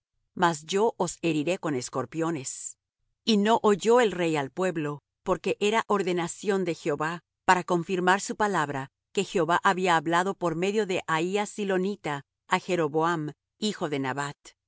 mas yo os heriré con escorpiones y no oyó el rey al pueblo porque era ordenación de jehová para confirmar su palabra que jehová había hablado por medio de ahías silonita á jeroboam hijo de nabat y